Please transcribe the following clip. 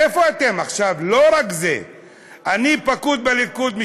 אני רוצה לפנטז ולחשוב, עכשיו יש פריימריז בליכוד.